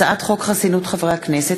הצעת חוק חסינות חברי הכנסת,